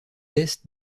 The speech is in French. laisse